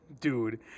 Dude